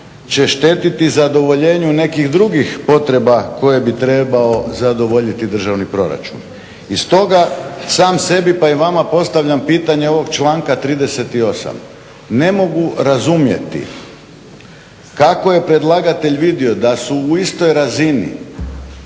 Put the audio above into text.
će štetiti zadovoljenju nekih drugih potreba koje bi trebao zadovoljiti državni proračun. I stoga sam sebi pa i vama postavljam pitanje ovog članka 38., ne mogu razumjeti kako je predlagatelj vidio da su u istoj razini